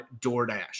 DoorDash